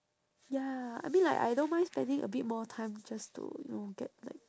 ya I mean like I don't mind spending a bit more time just to you know get like